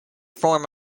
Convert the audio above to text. form